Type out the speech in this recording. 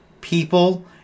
people